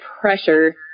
pressure